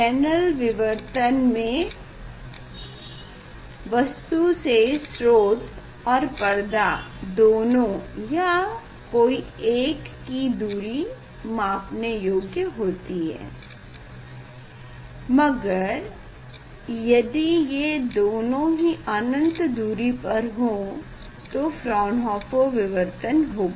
Fresnel विवर्तन में वस्तु से स्रोत और पर्दा दोनों या कोई एक की दूरी मापने योग्य होती है मगर यदि ये दोनों ही अनंत दूरी पर हो तो फ़्रौन्होफर विवर्तन होगा